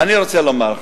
אני רוצה לומר לך,